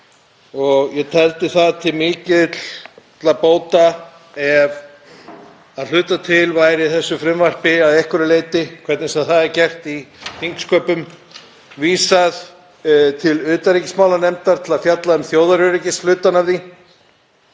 Ég teldi það til mikilla bóta ef að hluta til væri í þessu frumvarpi að einhverju leyti, hvernig sem það er gert, í þingsköpum, vísað til utanríkismálanefndar til að fjalla um þjóðaröryggishlutann af því